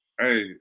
Hey